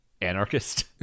anarchist